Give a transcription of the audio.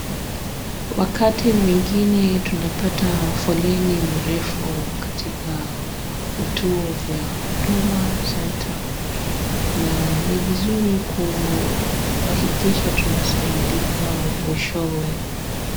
Wakati mwingine tunapata foleni mrefu katika vituo vya Huduma Center na ni vizuri kuhakikisha tunasaidika mwishowe.